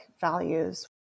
values